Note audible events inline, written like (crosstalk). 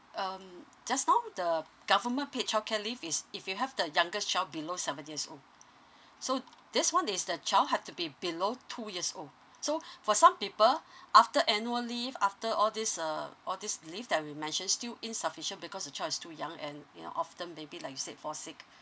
um just now the government paid childcare leave is if you have the younger child below seven years old so this one is the child have to be below two years old so (breath) for some people after annual leave after all these uh all these leave that we mention still insufficient because the child is too young and you know often baby like you said fall sick